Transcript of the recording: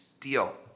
deal